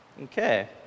Okay